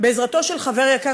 בעזרתו של חבר יקר,